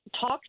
talk